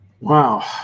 Wow